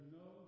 no